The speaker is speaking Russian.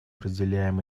разделяем